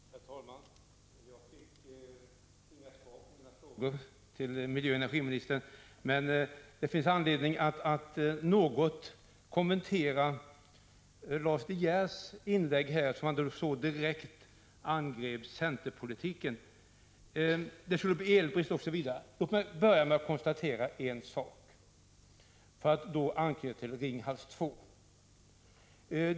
Herr talman! Jag fick inga svar på mina frågor till miljöoch energiministern, men det finns anledning att något kommentera Lars De Geers inlägg här, eftersom han så direkt angrep centerpolitiken. Han sade bl.a. att det skulle bli elbrist om vi fick igenom våra förslag. Låt mig börja med att konstatera en sak för att anknyta till Ringhals 2.